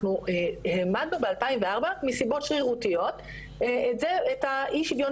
אנחנו העמדנו ב- 2004 מסיבות שרירותיות את האי שוויון